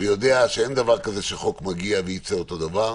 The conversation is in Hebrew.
יודע שאין דבר כזה שחוק מגיע וייצא אותו הדבר,